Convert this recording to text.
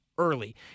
early